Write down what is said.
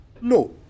no